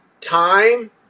time